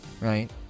right